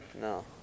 No